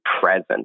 present